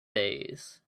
days